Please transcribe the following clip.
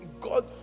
God